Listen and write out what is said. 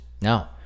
No